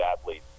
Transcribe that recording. athletes